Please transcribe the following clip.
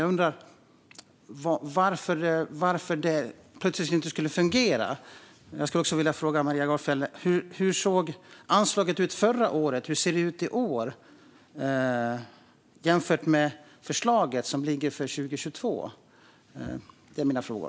Jag undrar varför det plötsligt inte skulle fungera. Jag skulle också vilja fråga Maria Gardfjell: Hur såg anslaget ut förra året, och hur ser det ut i år jämfört med förslaget som ligger för 2022? Det är mina frågor.